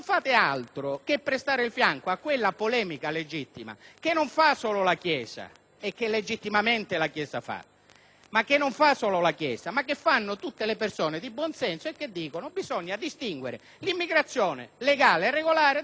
che non fa solo la Chiesa legittimamente, ma che fanno tutte le persone di buon senso che sostengono che bisogna distinguere l'immigrazione legale e regolare da quella irregolare. Questo non è un modo per distinguerla; questo è un modo ed un approccio culturale che assimila,